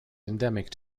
endemic